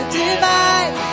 divide